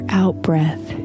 out-breath